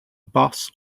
bus